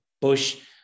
bush